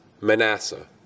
Manasseh